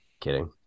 kidding